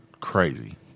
crazy